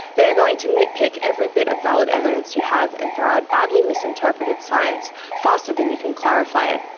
they are going to nit-pick every bit of valid evidence you have, and throw out badly misinterpreted science faster than you can clarify it.